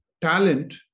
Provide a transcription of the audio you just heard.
talent